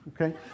okay